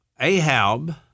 Ahab